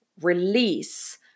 release